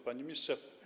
Panie Ministrze!